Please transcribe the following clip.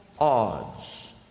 odds